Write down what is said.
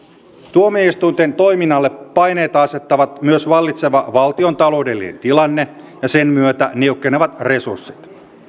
tuomioistuinten toiminnalle paineita asettavat myös vallitseva valtiontaloudellinen tilanne ja sen myötä niukkenevat resurssit